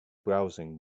browsing